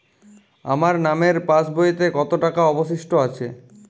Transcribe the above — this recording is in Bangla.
আমার নামের পাসবইতে কত টাকা অবশিষ্ট আছে?